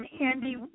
Andy